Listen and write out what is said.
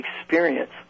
experience